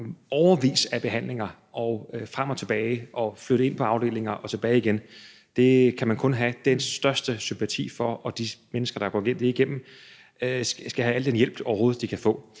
skulle frem og tilbage og flytte ind på afdelinger og tilbage igen, kan man kun have den største sympati for, og de mennesker, der går det igennem, skal have al den hjælp, de